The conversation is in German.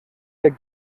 ihr